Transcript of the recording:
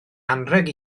anrheg